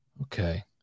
Okay